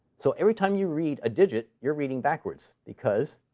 so every time you read a digit, you're reading backwards because